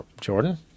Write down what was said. Jordan